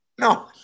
No